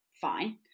Fine